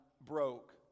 broke